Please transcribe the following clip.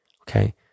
Okay